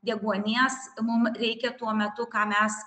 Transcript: deguonies mum reikia tuo metu ką mes